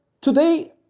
today